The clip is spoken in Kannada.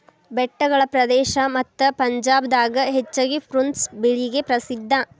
ಬೆಟ್ಟಗಳ ಪ್ರದೇಶ ಮತ್ತ ಪಂಜಾಬ್ ದಾಗ ಹೆಚ್ಚಾಗಿ ಪ್ರುನ್ಸ್ ಬೆಳಿಗೆ ಪ್ರಸಿದ್ಧಾ